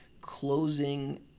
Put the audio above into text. closing